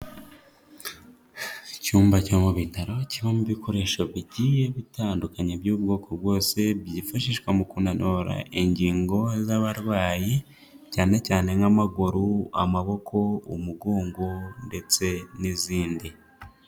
Icyumba cyo mu bitaro kibamo ibikoresho bigiye bitandukanye by'ubwoko bwose, byifashishwa mu kunanura ingingo z'abarwayi, cyane cyane nk'amaguru, amaboko, umugongo ndetse n'izindi.